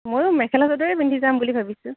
ময়ো মেখেলা চাদৰেই পিন্ধি যাম বুলি ভাবিছোঁ